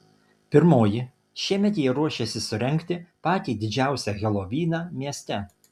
pirmoji šiemet jie ruošiasi surengti patį didžiausią helovyną mieste